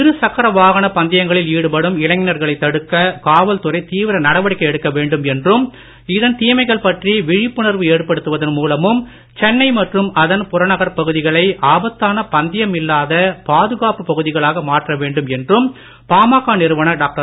இரு சக்கர வாகன பந்தயங்களில் ஈடுபடும் இளைஞர்களை தடுக்க காவல்துறை தீவிர நடவடிக்கை எடுக்க வேண்டும் என்றும் இதன் தீமைகள் பற்றி விழிப்புணர்வு ஏற்படுத்துவதன் மூலமும் சென்னை மற்றும் அதன் புறநகர் பகுதிகளை ஆபத்தான பந்தயம் இல்லாத பாதுகாப்பு பகுதிகளாக மாற்ற வேண்டும் என்றும் பாமக நிறுவனர் டாக்டர்